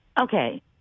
Okay